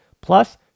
Plus